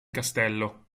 castello